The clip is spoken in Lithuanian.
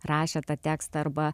rašė tą tekstą arba